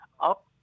up